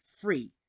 free